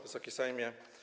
Wysoki Sejmie!